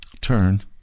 Turn